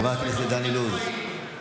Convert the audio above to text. חבר הכנסת דן אילוז,